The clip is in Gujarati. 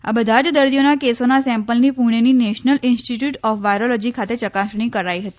આ બધા જ દર્દીઓના કેસોના સેમ્પલની પુણેની નેશનલ ઈન્સ્ટીટ્યૂટ ઓફ વાયરોલોજી ખાતે ચકાસણી કરાઈ હતી